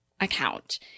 account